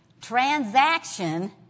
transaction